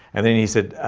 and then he said,